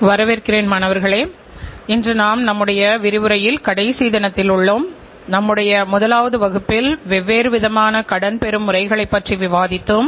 வணக்கம் இன்றைய வகுப்பிற்கு மீண்டும் ஒரு முறை உங்களை வரவேற்பதில் பெரு மகிழ்ச்சி கொள்கிறேன்